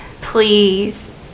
please